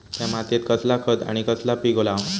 त्या मात्येत कसला खत आणि कसला पीक लाव?